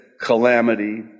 calamity